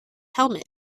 helmet